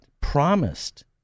promised